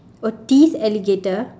oh thief alligator